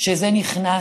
שזה נכנס,